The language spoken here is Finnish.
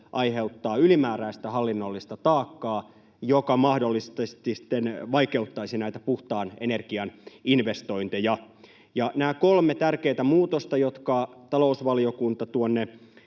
aiheuttaa ylimääräistä hallinnollista taakkaa, joka mahdollisesti sitten vaikeuttaisi näitä puhtaan energian investointeja. Nämä kolme tärkeätä muutosta, joita talousvaliokunta tuonne